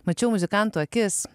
mačiau muzikantų akis